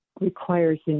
requires